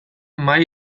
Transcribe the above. mahai